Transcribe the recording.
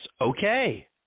okay